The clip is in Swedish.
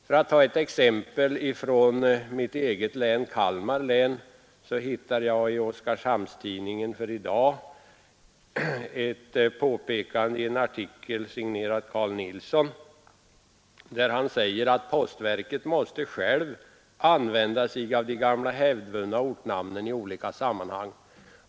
För att ta ett exempel från mitt eget län, Kalmar län, så hittar jag i Oskarshamns-Tidningen för i dag en artikel, signerad Karl Nilsson, där han säger: ”Postverket måste själv använda sig av de gamla hävdvunna ortnamnen i olika sammanhang.